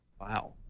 Wow